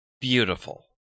beautiful